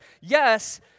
yes